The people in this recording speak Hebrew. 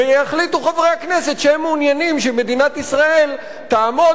ויחליטו חברי הכנסת שהם מעוניינים שמדינת ישראל תעמוד